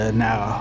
now